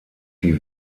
die